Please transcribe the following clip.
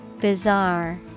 Bizarre